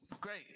Great